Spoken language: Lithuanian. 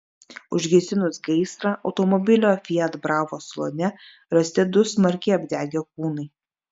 užgesinus gaisrą automobilio fiat bravo salone rasti du smarkiai apdegę kūnai